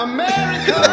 America